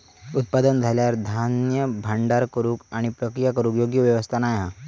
उत्पादन झाल्यार धान्य भांडार करूक आणि प्रक्रिया करूक योग्य व्यवस्था नाय हा